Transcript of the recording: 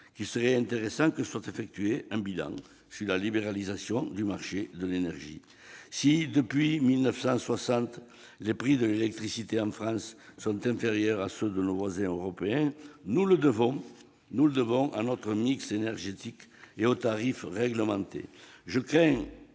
serait intéressant que soit effectué un bilan de la libéralisation du marché de l'énergie. Si, depuis 1960, les prix de l'électricité sont inférieurs en France à ceux de nos voisins européens, nous le devons à notre mix énergétique et aux tarifs réglementés.